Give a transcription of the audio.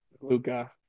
Luca